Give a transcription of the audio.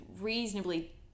reasonably